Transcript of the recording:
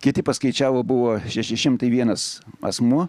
kiti paskaičiavo buvo šeši šimtai vienas asmuo